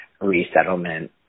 resettlement